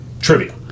Trivia